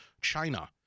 China